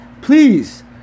please